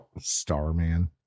Starman